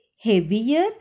heavier